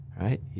Right